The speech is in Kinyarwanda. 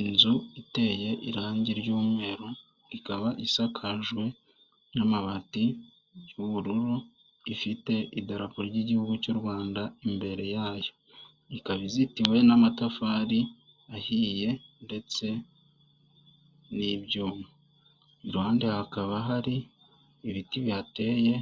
Inzu iteye irangi ry'umweru, ikaba isakajwe n'amabati y'ubururu, ifite idarapo ry'igihugu cy'u Rwanda imbere yayo. Ikaba izitiwe n'amatafari ahiye ndetse n'ibyuma, iruhande hakaba hari ibiti bihateye